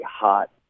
hot